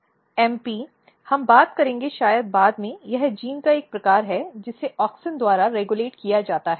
MP हम बात करेंगे शायद बाद में यह जीन का एक प्रकार है जिसे ऑक्सिन द्वारा रेगुलेट किया जाता है